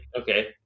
okay